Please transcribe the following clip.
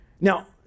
Now